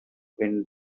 wind